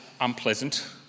unpleasant